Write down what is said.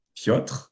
Piotr